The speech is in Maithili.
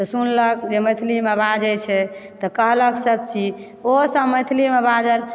तऽ सुनलक जे मैथिलीमे बाजय छै तऽ कहलक सभ चीज ओहोसभ मैथिलीमे बाजल